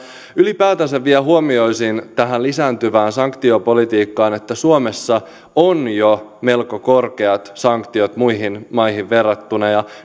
ylipäätänsä vielä huomioisin tähän lisääntyvään sanktiopolitiikkaan liittyen että suomessa on jo melko korkeat sanktiot muihin maihin verrattuna